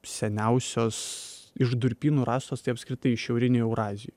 seniausios iš durpynų rastos tai apskritai šiaurinėj eurazijoj